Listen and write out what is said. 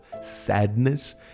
sadness